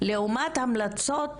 לעומת המלצות